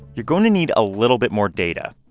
you're going to need a little bit more data.